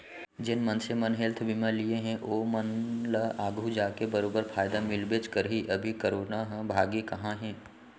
जेन मनसे मन हेल्थ बीमा लिये हें ओमन ल आघु जाके बरोबर फायदा मिलबेच करही, अभी करोना ह भागे कहॉं हे?